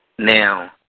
Now